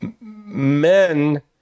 men